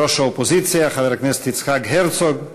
ראש האופוזיציה חבר הכנסת יצחק הרצוג,